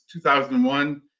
2001